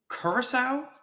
Curacao